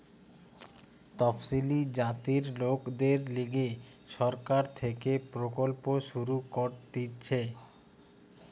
তপসিলি জাতির লোকদের লিগে সরকার থেকে প্রকল্প শুরু করতিছে